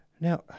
now